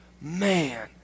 Man